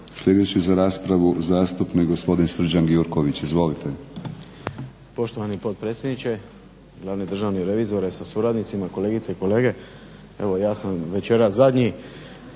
Sljedeći za raspravu zastupnik gospodin Srđan Gjurković. Izvolite. **Gjurković, Srđan (HNS)** Poštovani potpredsjedniče, glavni državni revizore sa suradnicima, kolegice i kolege. Ja sam večeras zadnji